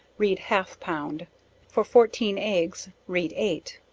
read half pound for fourteen eggs read eight.